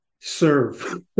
Serve